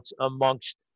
amongst